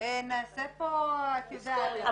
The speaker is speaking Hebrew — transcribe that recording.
נעשה פה --- היסטוריה.